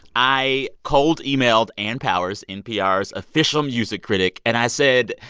i cold-emailed ann powers, npr's official music critic. and i said,